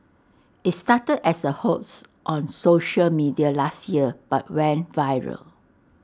IT started as A hoax on social media last year but went viral